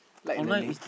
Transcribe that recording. like learning